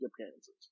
appearances